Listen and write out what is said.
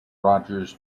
rogers